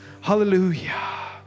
Hallelujah